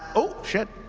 oh shit.